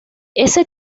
ese